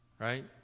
right